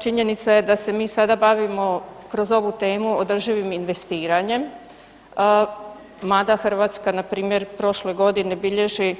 Činjenica je da se mi sada bavimo kroz ovu temu o održivim investiranjem mada Hrvatska npr. prošle godine bilježi